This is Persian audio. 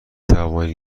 توانید